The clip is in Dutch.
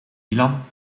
milan